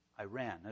Iran